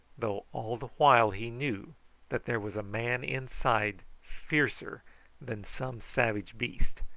though all the while he knew that there was a man inside fiercer than some savage beast.